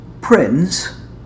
Prince